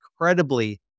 incredibly